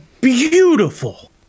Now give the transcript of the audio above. beautiful